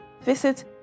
visit